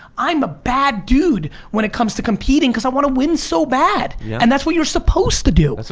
i'm a bad dude when it comes to competing cause i wanna win so bad. and that's what you're supposed to do. that's